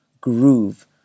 groove